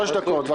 דקות.